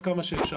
עד כמה שאפשר.